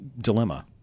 dilemma